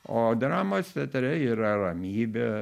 o dramos teatre yra ramybė